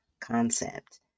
concept